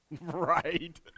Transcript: right